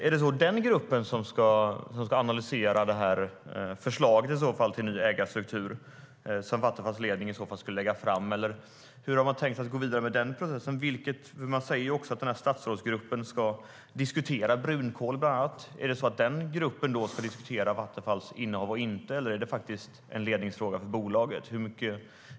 Är det den gruppen som ska analysera förslaget till ny ägarstruktur som Vattenfalls ledning i så fall skulle lägga fram, eller hur har man tänkt sig att gå vidare med den processen? Man säger att denna statsrådsgrupp ska diskutera bland annat brunkol. Ska den gruppen diskutera Vattenfalls innehav, eller är det en ledningsfråga för bolaget?